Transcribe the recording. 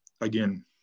again